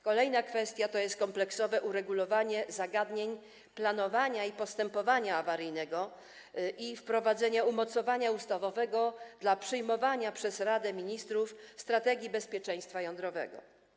Kolejna kwestia to jest kompleksowe uregulowanie zagadnień planowania i postępowania awaryjnego i wprowadzenie umocowania ustawowego dla przyjmowania przez Radę Ministrów strategii bezpieczeństwa jądrowego.